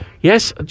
Yes